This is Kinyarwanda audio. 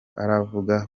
aravuga